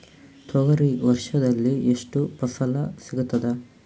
ತೊಗರಿ ವರ್ಷದಲ್ಲಿ ಎಷ್ಟು ಫಸಲ ಸಿಗತದ?